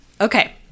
Okay